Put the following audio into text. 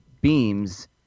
Beams